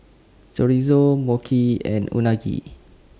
Chorizo Mochi and Unagi